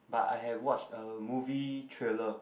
but I have watched a movie trailer